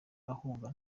ahunga